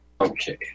Okay